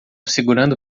segurando